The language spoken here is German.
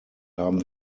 haben